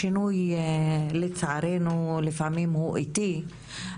השינוי לצערנו לפעמים הוא איטי,